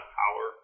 power